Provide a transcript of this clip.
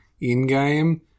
in-game